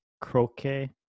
croquet